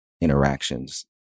interactions